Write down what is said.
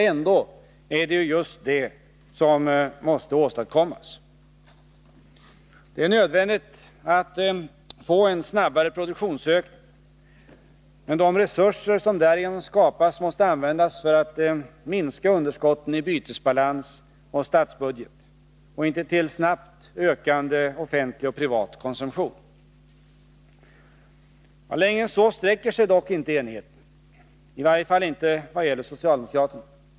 Ändå är det just vad som måste åstadkommas. Det är nödvändigt att få en snabbare produktionsökning. Men de resurser som därigenom skapas måste användas för att minska underskotten i bytesbalans och statsbudget och inte till snabbt ökande offentlig och privat konsumtion. Längre än så sträcker sig dock inte enigheten, i varje fall inte vad gäller socialdemokraterna.